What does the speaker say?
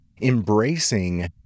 embracing